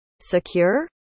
secure